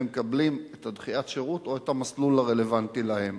הם מקבלים את דחיית השירות או את המסלול הרלוונטי להם.